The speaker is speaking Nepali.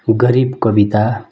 गरिब कविता